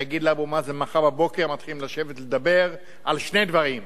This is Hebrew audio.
להגיד לאבו מאזן: מחר בבוקר מתחילים לשבת ולדבר על שני דברים,